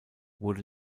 wurde